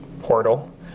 portal